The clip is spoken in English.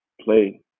play